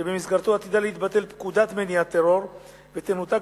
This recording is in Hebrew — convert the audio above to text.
שבמסגרתו עתידה להתבטל פקודת מניעת טרור ותנותק